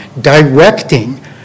directing